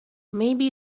maybe